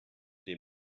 dem